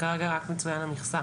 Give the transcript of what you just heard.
כרגע רק מצוין המכסה.